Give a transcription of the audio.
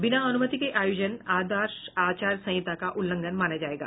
बिना अनुमति के आयोजन आदर्श आचार संहिता का उल्लंघन माना जायेगा